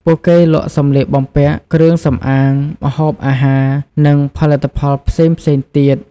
ពួកគេលក់សម្លៀកបំពាក់ គ្រឿងសម្អាង ម្ហូបអាហារ និងផលិតផលផ្សេងៗទៀត។